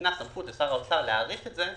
ניתנה סמכות לשר האוצר להאריך את זה,